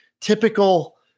typical